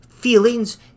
feelings